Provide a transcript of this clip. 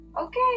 okay